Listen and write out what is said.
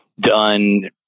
done